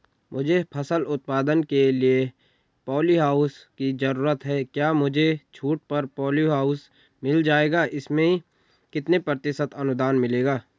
मुझे फसल उत्पादन के लिए प ॉलीहाउस की जरूरत है क्या मुझे छूट पर पॉलीहाउस मिल जाएगा इसमें कितने प्रतिशत अनुदान मिलेगा?